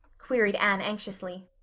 queried anne anxiously.